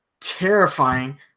terrifying